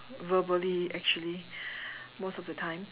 verbally actually most of the time